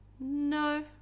No